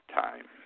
time